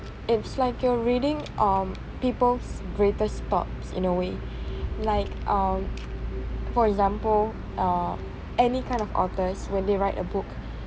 it's like you're reading um people's greatest thoughts in a way like uh for example uh any kind of authors when they write a book